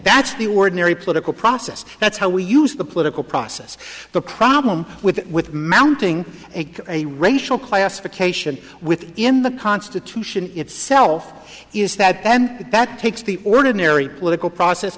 that's the ordinary political process that's how we use the political process the problem with with mounting a a racial classification within the constitution in itself is that and that takes the ordinary political process